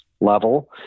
level